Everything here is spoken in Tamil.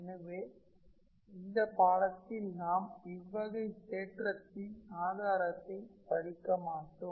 எனவே இந்த பாடத்தில் நாம் இவ்வகை தேற்றத்தின் ஆதாரத்தை படிக்க மாட்டோம்